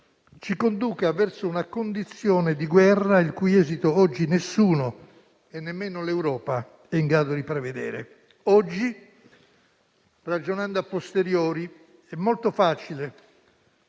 ci conduca verso una condizione di guerra il cui esito oggi nessuno, nemmeno l'Europa, è in grado di prevedere. In questo momento, ragionando *a posteriori*, è molto facile